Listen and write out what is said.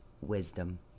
wisdom